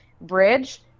bridge